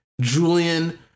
Julian